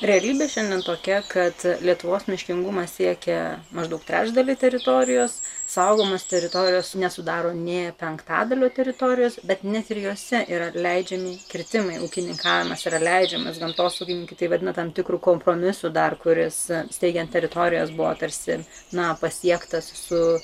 realybė šiandien tokia kad lietuvos miškingumas siekia maždaug trečdalį teritorijos saugomos teritorijos nesudaro nė penktadalio teritorijos bet net ir jose yra leidžiami kirtimai ūkininkavimas yra leidžiamas gamtosaugininkai tai vadina tam tikru kompromisu dar kuris steigiant teritorijas buvo tarsi na pasiektas su